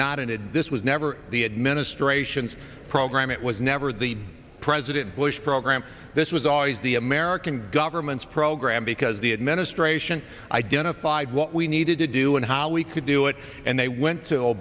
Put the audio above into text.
not an id this was never the administration's program it was never the president bush program this was always the american government's program because the administration identified what we needed to do and how we could do it and they went to a